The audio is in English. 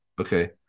Okay